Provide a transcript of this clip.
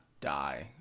die